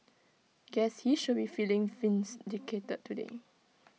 guess he should be feeling vindicated today